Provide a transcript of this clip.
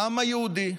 העם היהודי,